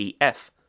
EF